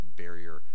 barrier